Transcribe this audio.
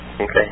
Okay